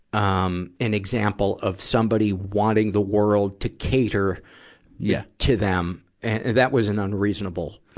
um, an example of somebody wanting the world to cater yeah to them. and that was an unreasonable, ah,